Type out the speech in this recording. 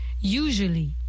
Usually